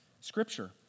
Scripture